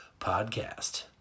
podcast